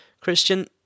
Christian